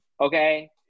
Okay